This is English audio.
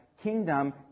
kingdom